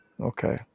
okay